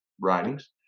writings